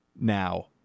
now